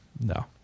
No